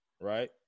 right